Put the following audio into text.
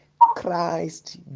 Christ